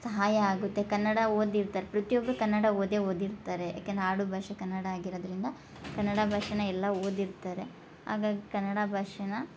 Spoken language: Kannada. ಸಹಾಯ ಆಗುತ್ತೆ ಕನ್ನಡ ಓದಿರ್ತಾರೆ ಪ್ರತಿಯೊಬ್ಬರೂ ಕನ್ನಡ ಓದೇ ಓದಿರ್ತಾರೆ ಏಕೆಂದ್ರೆ ಆಡು ಭಾಷೆ ಕನ್ನಡ ಆಗಿರೋದ್ರಿಂದ ಕನ್ನಡ ಭಾಷೆನ ಎಲ್ಲ ಓದಿರ್ತಾರೆ ಹಾಗಾಗಿ ಕನ್ನಡ ಭಾಷೆನ